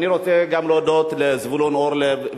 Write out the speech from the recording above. אני רוצה גם להודות לזבולון אורלב,